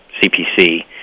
CPC